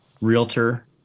realtor